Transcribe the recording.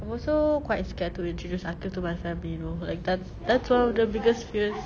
I'm also quite scared to introduce aqil to my family you know like that's that's one of the biggest fears